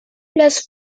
las